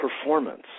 performance